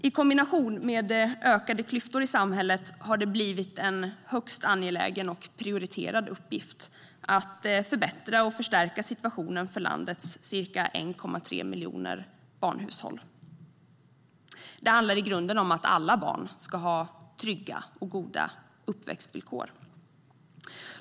I kombination med ökade klyftor i samhället har det blivit en högst angelägen och prioriterad uppgift att förbättra och förstärka situationen för landets ca 1,3 miljoner hushåll med barn. Det handlar i grunden om att alla barn ska ha trygga och goda uppväxtvillkor.